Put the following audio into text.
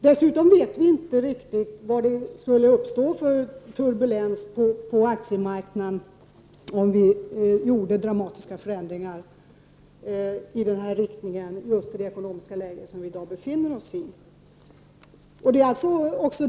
Dessutom vet vi inte riktigt vilken turbulens som skulle uppstå på aktiemarknaden, om vi gjorde dramatiska förändringar i den riktningen i det ekonomiska läge som vi i dag befinner oss i.